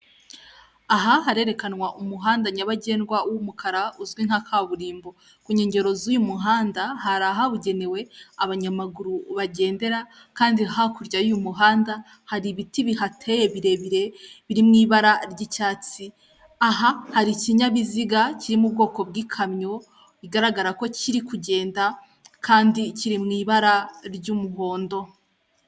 Aha harerekanwa umuhanda nyabagendwa w'umukara uzwi nka kaburimbo, ku nkengero z'uyu muhanda hari ahabugenewe abanyamaguru bagendera, kandi hakurya y'umuhanda hari ibiti bihateye birebire biri mu ibara ry'icyatsi, aha hari ikinyabiziga kirimo ubwoko bw'ikamyo bigaragara ko kiri kugenda, kandi kiri mu ibara ry'umuhondo.